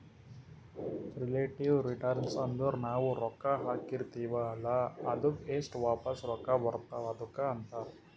relative return ಅಂದುರ್ ನಾವು ರೊಕ್ಕಾ ಹಾಕಿರ್ತಿವ ಅಲ್ಲಾ ಅದ್ದುಕ್ ಎಸ್ಟ್ ವಾಪಸ್ ರೊಕ್ಕಾ ಬರ್ತಾವ್ ಅದುಕ್ಕ ಅಂತಾರ್